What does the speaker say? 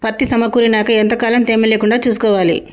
పత్తి సమకూరినాక ఎంత కాలం తేమ లేకుండా చూసుకోవాలి?